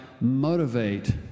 motivate